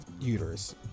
uterus